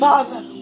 Father